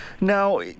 Now